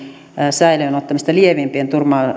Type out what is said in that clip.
säilöön ottamista lievempien